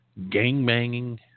gangbanging